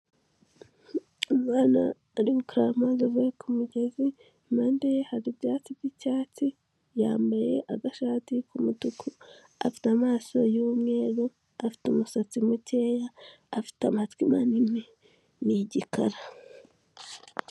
Umwana ari gukaraba amazi avuye ku mugezi, impande ye hari ibyatsi by'icyatsi, yambaye agashati k'umutuku, afite amaso y'umweru, afite umusatsi mukeya, afite amatwi manini, ni igikara.